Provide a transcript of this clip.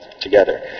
together